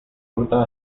ruta